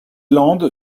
land